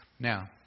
Now